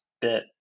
bit